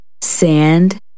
sand